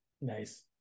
Nice